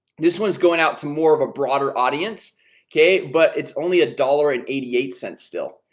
this one's going out to more of a broader audience okay, but it's only a dollar and eighty eight cents still.